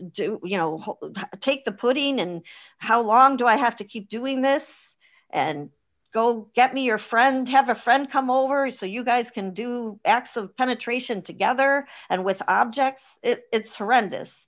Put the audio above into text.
do you know take the putting and how long do i have to keep doing this and go get me your friend have a friend come over so you guys can do acts of penetration together and with objects it's horrendous